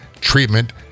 treatment